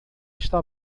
está